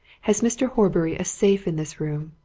has mr. horbury a safe in this room,